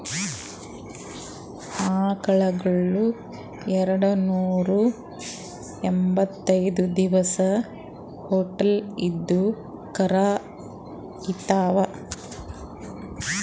ಆಕಳಗೊಳ್ ಎರಡನೂರಾ ಎಂಭತ್ತೈದ್ ದಿವಸ್ ಹೊಟ್ಟಲ್ ಇದ್ದು ಕರಾ ಈತಾವ್